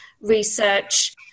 research